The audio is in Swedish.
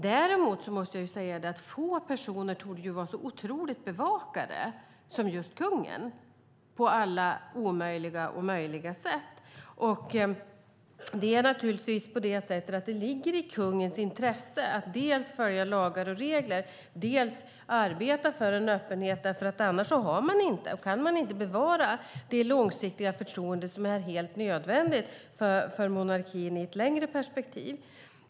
Däremot måste jag säga: Få personer torde vara så otroligt bevakade som just kungen, på alla omöjliga och möjliga sätt. Det är naturligtvis på det sättet att det ligger i kungens intresse att dels följa lagar och regler, dels arbeta för en öppenhet. Annars kan man inte bevara det långsiktiga förtroende som är helt nödvändigt för monarkin i ett längre perspektiv.